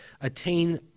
attain